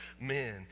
men